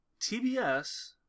TBS